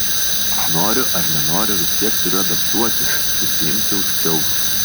noriu ar nenoriu vis tiek turiu adaptuotis susiimti už kiaušų